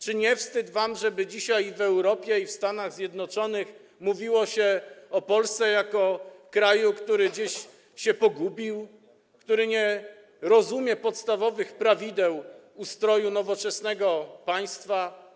Czy nie wstyd wam, że dzisiaj w Europie i w Stanach Zjednoczonych mówi się o Polsce jako kraju, który się pogubił, który nie rozumie podstawowych prawideł ustroju nowoczesnego państwa?